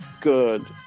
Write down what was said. good